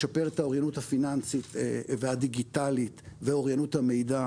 לשפר את האוריינות הפיננסית והדיגיטלית ואוריינות המידע,